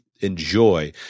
enjoy